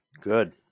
Good